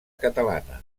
catalana